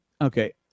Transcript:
Okay